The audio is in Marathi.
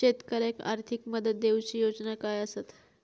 शेतकऱ्याक आर्थिक मदत देऊची योजना काय आसत?